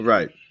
Right